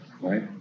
right